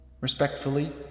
Respectfully